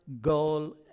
goal